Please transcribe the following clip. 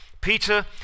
Peter